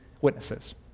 witnesses